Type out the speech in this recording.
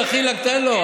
דחילק, תן לו.